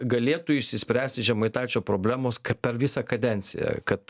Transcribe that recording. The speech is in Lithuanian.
galėtų išsispręsti žemaitaičio problemos per visą kadenciją kad